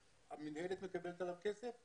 המינהלת מקבלת עליו כסף.